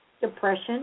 depression